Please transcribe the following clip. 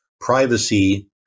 privacy